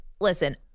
listen